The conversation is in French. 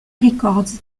records